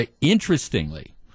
Interestingly